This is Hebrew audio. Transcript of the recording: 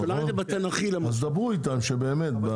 אז דברו איתם שבאמת.